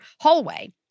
hallway